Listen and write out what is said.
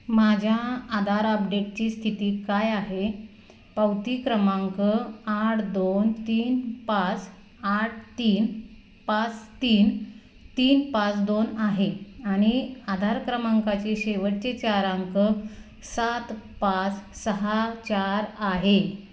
माझ्या आधार अपडेटची स्थिती काय आहे पावती क्रमांक आठ दोन तीन पाच आठ तीन पाच तीन तीन पाच दोन आहे आणि आधार क्रमांकाचे शेवटचे चार अंक सात पाच सहा चार आहे